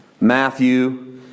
Matthew